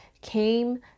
came